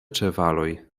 ĉevaloj